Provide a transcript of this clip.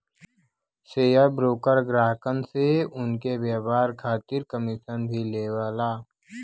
share broker ग्राहकन से उनके व्यापार खातिर कमीशन भी लेवला